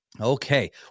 Okay